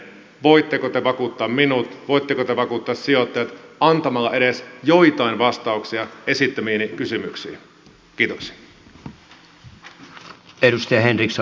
voitteko te vakuuttaa minut voitteko te vakuuttaa sijoittajat antamalla edes joitain vastauksia esittämiini kysymyksiin